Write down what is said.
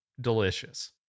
delicious